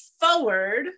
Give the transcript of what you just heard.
forward